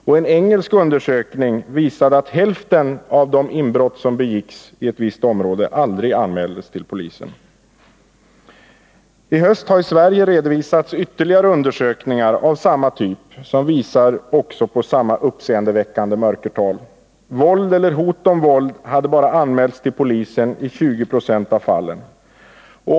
Och en engelsk undersökning visade att hälften av de inbrott som begåtts i ett visst område aldrig anmäldes till polisen. I höst har i Sverige redovisats ytterligare undersökningar av denna typ som visar på samma uppseendeväckande mörkertal. Våld eller hot om våld hade bara anmälts till polisen i 20 96 av fallen.